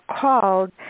called